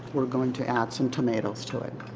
we're going to add some tomatoes to it.